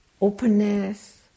openness